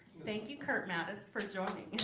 thank you, kurt mattis for joining